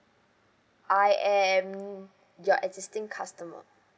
I am your existing customer